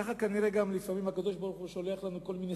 ככה כנראה לפעמים הקדוש-ברוך-הוא שולח לנו כל מיני